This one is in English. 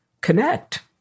connect